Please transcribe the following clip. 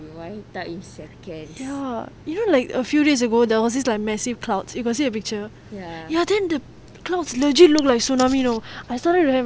ya even like a few days ago there was this like massive clouds you got see the picture then the clouds legit look like tsunami you know I saw them when I